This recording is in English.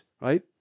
right